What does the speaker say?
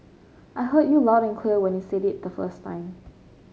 I heard you loud and clear when you said it the first time